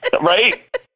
Right